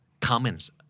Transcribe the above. comments